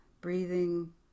breathing